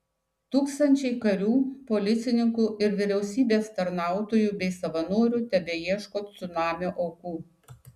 tūkstančiai karių policininkų ir vyriausybės tarnautojų bei savanorių tebeieško cunamio aukų